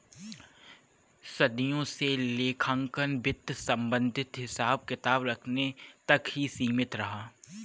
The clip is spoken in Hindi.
सदियों से लेखांकन वित्त संबंधित हिसाब किताब रखने तक ही सीमित रहा